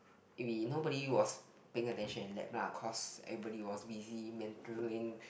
we nobody was paying attention in lab lah cause everybody was busy mentally